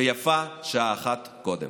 ויפה שעה אחת קודם.